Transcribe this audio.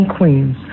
Queens